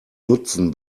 nutzen